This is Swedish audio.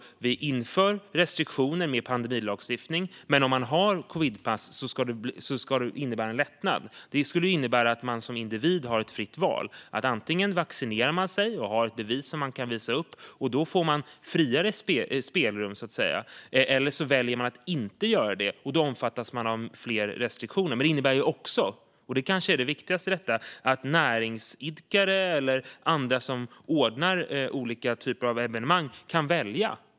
Restriktioner med pandemilagstiftning införs, men om man har covidpass ska det innebära en lättnad. Det här skulle innebära att man som individ har ett fritt val. Man kan antingen vaccinera sig och få ett bevis som man kan visa upp, och då får man så att säga friare spelrum, eller välja att inte göra det och då omfattas av fler restriktioner. Men det innebär också, och det kanske är det viktigaste i detta, att näringsidkare och andra som ordnar olika evenemang kan välja.